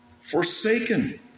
forsaken